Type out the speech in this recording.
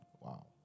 Wow